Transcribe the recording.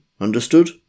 Understood